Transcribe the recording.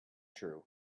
true